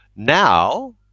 now